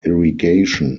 irrigation